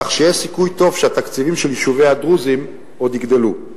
כך שיש סיכוי טוב שהתקציבים של יישובי הדרוזים עוד יגדלו.